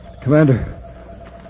Commander